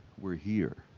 we're here,